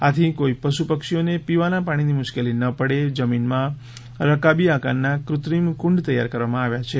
આથી કોઈ પશુ પક્ષીઓને પીવાના પાણીની મુશ્કેલી ન પડે જમીનમાં રકાબી આકારના કૃત્રિમ કુંડ તૈયાર કરવામાં આવ્યા છે